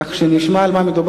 כך שנשמע על מה מדובר?